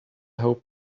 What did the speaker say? hope